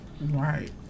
Right